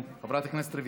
חבר הכנסת איל בן ראובן,